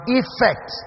effect